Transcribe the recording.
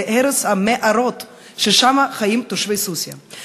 להרס המערות שתושבי סוסיא חיים בהן.